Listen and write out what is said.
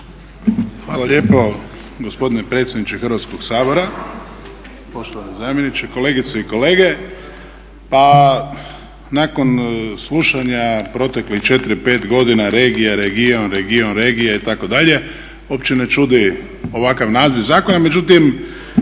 Hvala lijepo gospodine predsjedniče Hrvatskog sabora. Poštovani zamjeniče, kolegice i kolege. Pa nakon slušanja proteklih 4, 5 godina regija, region, region, regija itd. uopće ne čudi ovakav naziv zakona. međutim